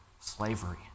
slavery